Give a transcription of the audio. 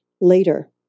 later